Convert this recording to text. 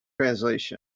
translation